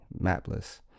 mapless